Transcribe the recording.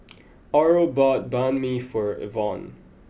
Oral bought Banh Mi for Evonne